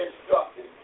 instructed